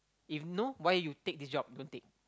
if no why you take this job don't take